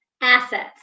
assets